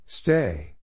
Stay